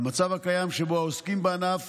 למצב הקיים, שבו העוסקים בענף